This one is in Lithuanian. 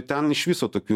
ten iš viso tokių